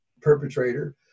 perpetrator